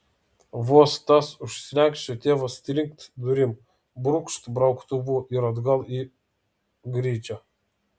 vos tas už slenksčio tėvas trinkt durim brūkšt brauktuvu ir atgal į gryčią